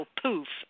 poof